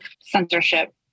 censorship